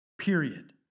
Period